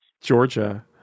Georgia